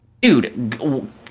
dude